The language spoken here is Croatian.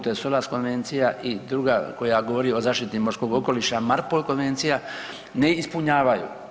To je SOLAS konvencija i druga koja govori o zaštiti morskog okoliša MARPOL konvencija ne ispunjavaju.